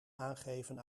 aangeven